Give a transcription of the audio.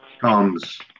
comes